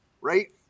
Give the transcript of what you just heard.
right